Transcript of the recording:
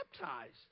baptized